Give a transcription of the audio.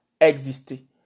exister